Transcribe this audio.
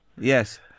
Yes